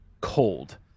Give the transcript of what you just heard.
cold